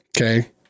Okay